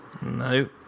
No